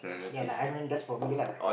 yea lah I mean that's for me lah